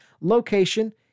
location